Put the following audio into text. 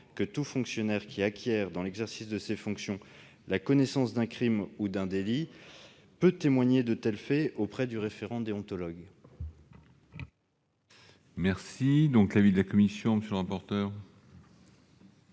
que tout fonctionnaire qui acquiert dans l'exercice de ses fonctions la connaissance d'un crime ou d'un délit peut témoigner de tels faits auprès du référent déontologue. Quel est l'avis de la commission ? La